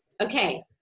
Okay